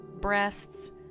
breasts